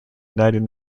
united